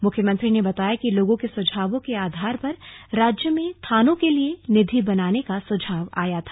मुख्यमंत्री ने बताया कि लोगों के सुझावों के आधार पर राज्य में थानों के लिए निधि बनाने का सुझाव आया था